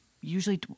usually